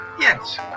Yes